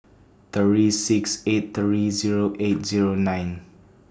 three six eight three Zero eight Zero nine